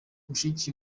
mushiki